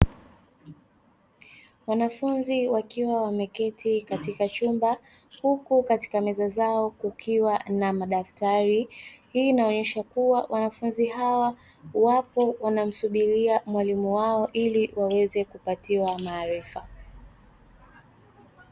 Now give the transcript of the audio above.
Wanafunzi wakiwa wameketi katika chumba huku katika meza zao kukiwa kuna madaftari, hii inaonyesha kuwa wanafunzi hawa wapo wanamsubiria mwalimu wao ili waweze kupatiwa maarifa.